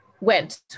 went